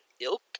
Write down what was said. ilk